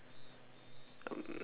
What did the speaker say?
um